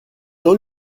jean